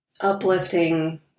Uplifting